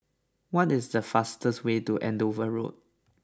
what is the fastest way to Andover Road